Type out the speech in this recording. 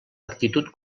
actitud